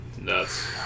nuts